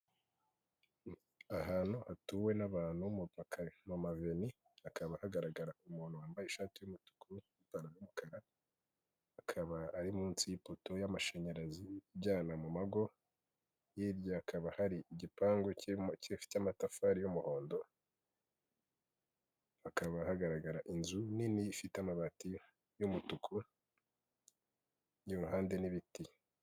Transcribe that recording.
Ahantu hatuwe n'abantu mu maveni hakaba hagaragara umuntu wambaye ishati y'umutuku n'ipantaro y'umukara, akaba ari munsi y'ipoto y'amashanyarazi ijyanayana mu mago, hirya hakaba hari igipangu kirimo gifite amatafari y'umuhondo, hakaba hagaragara inzu nini ifite amabati y'umutuku, iri iruhande n'ibiti.